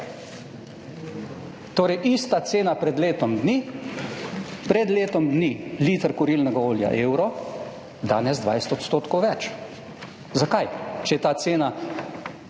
Torej ista cena pred letom dni. Pred letom dni liter kurilnega olja evro, danes 20 % več. Zakaj, če je ta cena